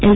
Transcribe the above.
L